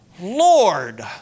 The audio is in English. Lord